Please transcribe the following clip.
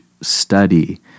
study